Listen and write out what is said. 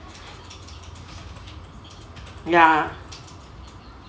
ya